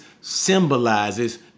symbolizes